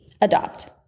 adopt